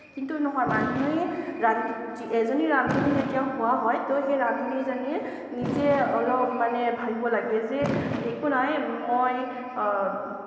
কিন্তু নহয় মানুহে ৰান্ধি এজনী ৰান্ধনি যেতিয়া হোৱা হয় ত' সেই ৰান্ধনিজনীয়ে নিজে অলপ মানে ভাবিব লাগে যে একো নাই মই